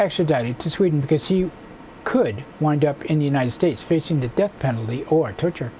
extradited to sweden because he could wind up in the united states facing the death penalty or torture